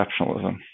exceptionalism